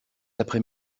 après